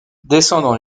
descendant